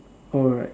alright